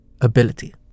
ability